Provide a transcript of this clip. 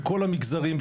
בכל המגזרים,